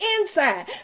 inside